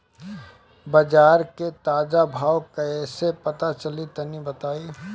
बाजार के ताजा भाव कैसे पता चली तनी बताई?